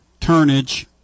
Turnage